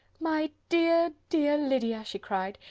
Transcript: my dear, dear lydia! she cried.